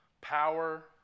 power